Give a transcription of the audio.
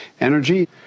energy